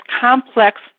complex